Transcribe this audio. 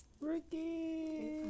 Ricky